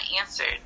answered